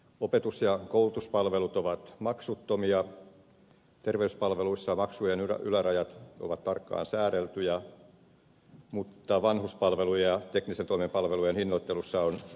opetus ja koulutuspalvelut ovat maksuttomia terveyspalveluissa maksujen ylärajat ovat tarkkaan säädeltyjä mutta vanhuspalvelujen ja teknisen toimen palvelujen hinnoittelussa on liikkumavaraa